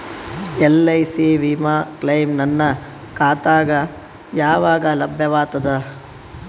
LIC ವಿಮಾ claim ನನ್ನ ಖಾತಾಗ ಯಾವಾಗ ಲಭ್ಯವಾಗತದ?